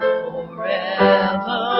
forever